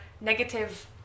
negative